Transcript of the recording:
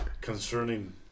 concerning